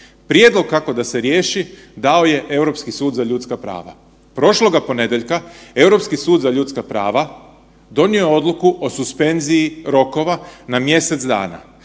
Prijedlog kako da se riješi, dao je Europski sud za ljudska prava. Prošloga ponedjeljka Europski sud za ljudska prava donio je odluku o suspenziji rokova na mjesec dana.